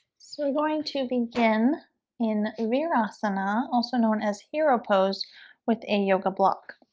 so you're going to begin in virasana also known as hero pose with a yoga block